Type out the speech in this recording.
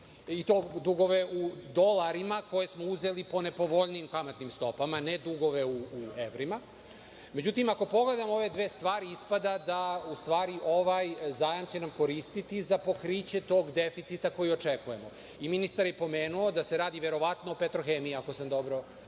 i to dugove u dolarima koje smo uzeli po nepovoljnijim kamatnim stopama, ne dugove u evrima? Međutim, ako pogledamo ove dve stvari ispada da u stvari ovaj zajam će nam koristiti za pokriće tog deficita koji očekujemo. Ministar je pomenuo da se radi verovatno o „Petrohemiji“, ako sam dobro